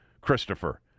Christopher